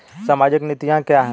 सामाजिक नीतियाँ क्या हैं?